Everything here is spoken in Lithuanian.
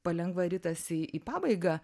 palengva ritasi į pabaigą